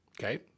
Okay